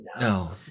No